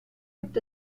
gibt